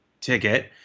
ticket